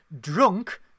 Drunk